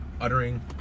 uttering